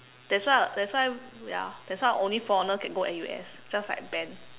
that's why that's why ya that's why only foreigners can go N_U_S just like Ben